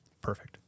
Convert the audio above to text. Perfect